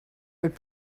would